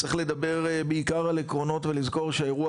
צריך לדבר בעיקר על עקרונות ולזכור שהאירוע